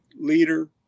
leader